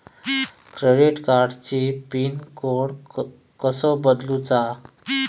Credit कार्डची PIN code कसो बदलुचा?